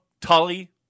Tully